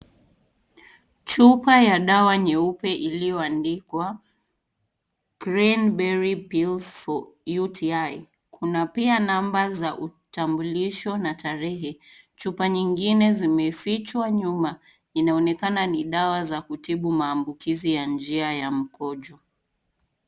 Chupa ya dawa nyeupe iliyoandikwa [cs ] clean berry pills for UTI , kuna pia namba za utambulisho na tarehe chupa zingine zimefichwa nyuma inaonekana ni dawa za kutibu maambukizi ya njia ya mkojo.